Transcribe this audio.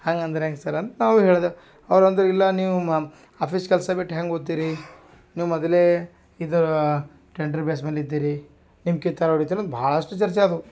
ಹಂಗಂದ್ರೆ ಹೆಂಗೆ ಸರ್ ಅಂತ ನಾವು ಹೇಳ್ದೆವು ಅವ್ರು ಅಂದ್ರು ಇಲ್ಲ ನೀವು ಮಾ ಆಫಿಸ್ ಕೆಲಸ ಬಿಟ್ಟು ಹೆಂಗೆ ಹೋತೀರಿ ನೀವು ಮೊದಲೇ ಇದ್ದು ಟೆಂಡ್ರ್ ಬೇಸ್ ಮೇಲೆ ಇದ್ದೀರಿ ನಿಮ್ಮ ಕಿತ್ತರೆ ಹೊಡಿತಿನಿ ಭಾಳಷ್ಟ್ ಚರ್ಚೆ ಆದವು